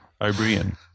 O'Brien